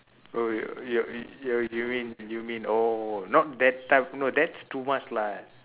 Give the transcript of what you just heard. oh your your you you mean you mean oh not that type no that's too much lah